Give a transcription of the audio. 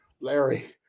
larry